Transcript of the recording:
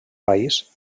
país